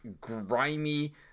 grimy